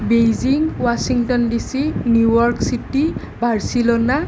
Beijing Washington DC New York city Barcelona